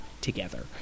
together